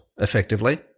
effectively